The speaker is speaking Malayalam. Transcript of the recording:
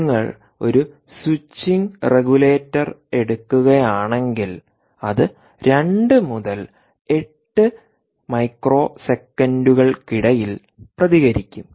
നിങ്ങൾ ഒരു സ്വിച്ചിംഗ് റെഗുലേറ്റർ എടുക്കുകയാണെങ്കിൽ അത് 2 മുതൽ 8 മൈക്രോസെക്കൻഡുകൾക്കിടയിൽ പ്രതികരിക്കും